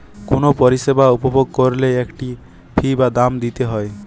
কুনো পরিষেবা উপভোগ কোরলে একটা ফী বা দাম দিতে হই